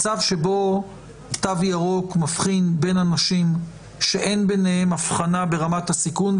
מצב שבו תו ירוק מבחין בין אנשים שאין ביניהם הבחנה ברמת הסיכון,